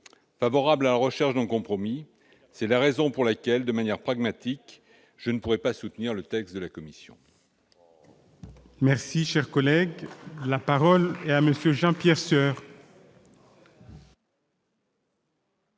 favorable à la recherche d'un compromis. C'est la raison pour laquelle, de manière pragmatique, je ne pourrai pas soutenir le texte de la commission. Un coup d'un côté, un coup de l'autre ! La parole est à M. Jean-Pierre Sueur,